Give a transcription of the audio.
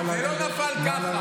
זה לא נפל ככה.